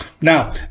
Now